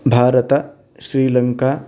भारतम् श्रीलङ्का